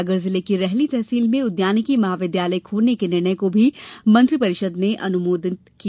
सागर जिले की रहली तहसील में उद्यानिकी महाविद्यालय खोलने के निर्णय को भी मंत्रि परिषद ने अनुमोदित किया